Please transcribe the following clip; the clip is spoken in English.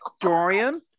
Dorian